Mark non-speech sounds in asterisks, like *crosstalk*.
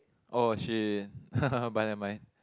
!oh shit! *laughs* but never mind